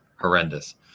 horrendous